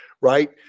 right